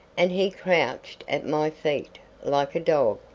and he crouched at my feet like a dog.